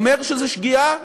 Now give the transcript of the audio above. אומר שזה שגיאה,